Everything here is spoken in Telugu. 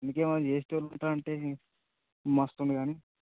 మీకేమన్నా చేసేటోళ్ళు ఉంటారంటే మస్తున్నాడు గానీ